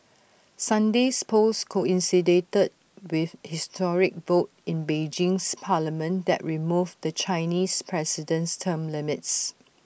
Sunday's polls coincided with historic vote in Beijing's parliament that removed the Chinese president's term limits